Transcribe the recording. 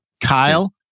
Kyle